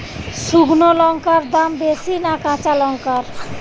শুক্নো লঙ্কার দাম বেশি না কাঁচা লঙ্কার?